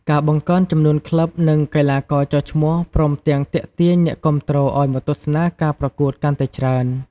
ការបង្កើនចំនួនក្លឹប និងកីឡាករចុះឈ្មោះ ព្រមទាំងទាក់ទាញអ្នកគាំទ្រឱ្យមកទស្សនាការប្រកួតកាន់តែច្រើន។